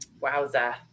Wowza